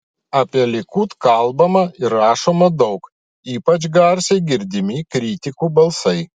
apie likud kalbama ir rašoma daug ypač garsiai girdimi kritikų balsai